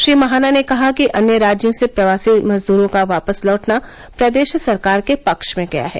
श्री महाना ने कहा कि अन्य राज्यों से प्रवासी मजदूरों का वापस लौटना प्रदेश सरकार के पक्ष में गया है